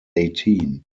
eighteen